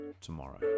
tomorrow